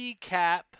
recap